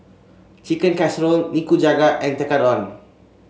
Chicken Casserole Nikujaga and Tekkadon